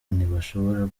ntibashobora